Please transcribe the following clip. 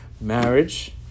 marriage